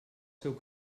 seu